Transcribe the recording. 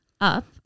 up